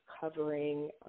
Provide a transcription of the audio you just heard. covering –